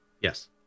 Yes